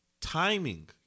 Timing